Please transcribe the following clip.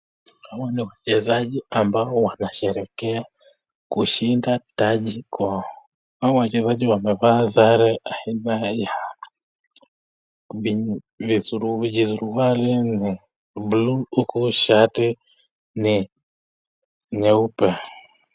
Hawa ni wachezaji ambao wanasherekea kushinda taji kwao, hawa wachezaji wamevaa sare aina vijusuruali buluu huku shati ni nyeupe.